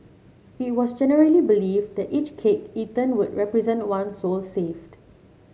it was generally believed that each cake eaten would represent one soul saved